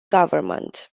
government